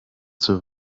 zur